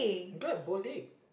I'm good at bowling